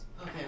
Okay